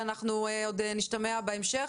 אנחנו עוד נשתמע בהמשך,